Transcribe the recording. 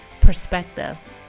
perspective